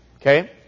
okay